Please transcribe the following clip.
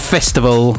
Festival